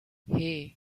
hey